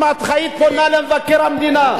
אם היית פונה למבקר המדינה,